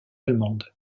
allemande